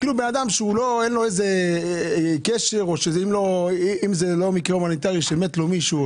אדם שאין לו קשר ואם זה לא מקרה הומניטרי שמת לו מישהו,